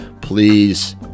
please